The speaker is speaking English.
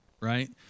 right